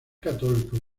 católico